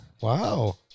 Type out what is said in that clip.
Wow